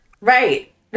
Right